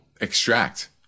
extract